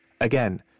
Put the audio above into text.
Again